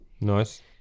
nice